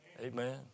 amen